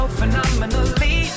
phenomenally